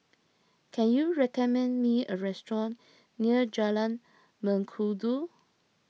can you recommend me a restaurant near Jalan Mengkudu